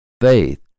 faith